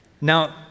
Now